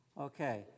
Okay